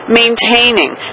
maintaining